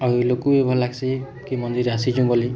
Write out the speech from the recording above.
ଆଉ ଏ ଲୋକ୍କୁ ଭଲ୍ ଲାଗ୍ସି କି ମନ୍ଦିର୍ ଆସିଚୁଁ ବୋଲି